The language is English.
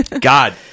God